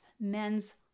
men's